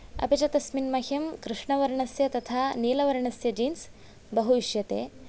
अपि च तस्मिन् मह्यं कृष्णवर्णस्य तथा नीलवर्णस्य जीन्स् बहु इष्यते